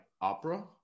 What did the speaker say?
Opera